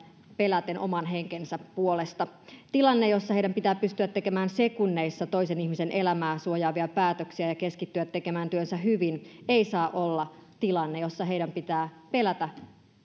peläten oman henkensä puolesta tilanne jossa heidän pitää pystyä tekemään sekunneissa toisen ihmisen elämää suojaavia päätöksiä ja keskittyä tekemään työnsä hyvin ei saa olla tilanne jossa heidän pitää pelätä